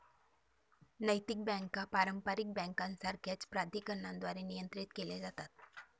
नैतिक बँका पारंपारिक बँकांसारख्याच प्राधिकरणांद्वारे नियंत्रित केल्या जातात